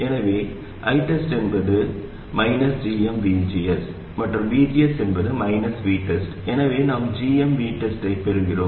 எனவே ITEST என்பது gmVGS மற்றும் VGS என்பது VTEST எனவே நாம் gm VTEST ஐப் பெறுகிறோம்